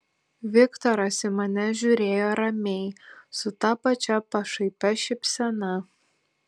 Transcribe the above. viktoras į mane žiūrėjo ramiai su ta pačia pašaipia šypsena